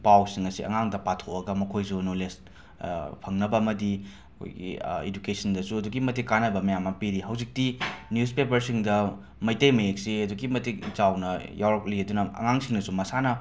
ꯄꯥꯎꯁꯤꯡ ꯑꯁꯦ ꯑꯉꯥꯡꯗ ꯄꯥꯊꯣꯛꯑꯒ ꯃꯈꯣꯏꯁꯨ ꯅꯣꯂꯦꯖ ꯐꯪꯅꯕ ꯑꯃꯗꯤ ꯑꯩꯈꯣꯏꯒꯤ ꯏꯗꯨꯀꯦꯁꯟꯗꯁꯨ ꯑꯗꯨꯛꯀꯤ ꯃꯇꯤꯛ ꯀꯥꯥꯟꯅꯕ ꯃꯌꯥꯝ ꯑꯝ ꯄꯤꯔꯤ ꯍꯧꯖꯤꯛꯇꯤ ꯅ꯭ꯌꯨꯁꯄꯦꯄꯔꯁꯤꯡꯗ ꯃꯩꯇꯩ ꯃꯌꯦꯛꯁꯦ ꯑꯗꯨꯛꯀꯤ ꯃꯇꯤꯛ ꯆꯥꯎꯅ ꯌꯥꯎꯔꯛꯂꯤ ꯑꯗꯨꯅ ꯑꯉꯥꯡꯁꯤꯡꯅꯁꯨ ꯃꯁꯥꯅ